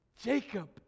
Jacob